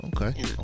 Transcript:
Okay